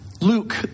Luke